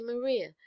Maria